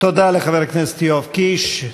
הודעה לחבר הכנסת יואב קיש,